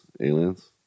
Aliens